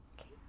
Okay